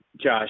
Josh